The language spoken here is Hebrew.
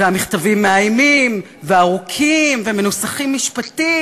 והמכתבים מאיימים וארוכים ומנוסחים משפטית,